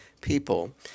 people